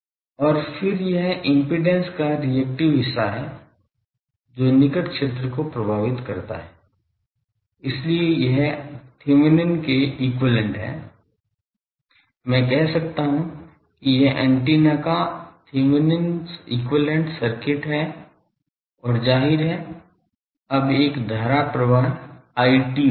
और फिर यह इम्पीडेन्स का रिएक्टिव हिस्सा है जो निकट क्षेत्र को प्रभावित करता है इसलिए यह थेवेनिन के समतुल्य है मैं कह सकता हूं कि यह ऐन्टेना का थेवेनिन समतुल्य सर्किट है और जाहिर है अब एक धारा प्रवाह IT होगा